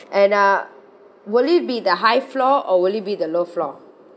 and uh will it be the high floor or will it be the low floor